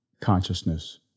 consciousness